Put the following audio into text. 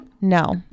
No